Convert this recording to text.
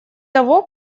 того